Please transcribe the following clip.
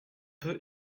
peu